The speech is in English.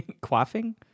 quaffing